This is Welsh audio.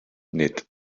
nid